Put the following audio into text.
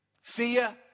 fear